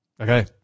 Okay